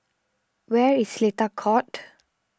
where is Seletar Court